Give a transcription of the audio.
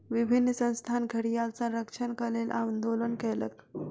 विभिन्न संस्थान घड़ियाल संरक्षणक लेल आंदोलन कयलक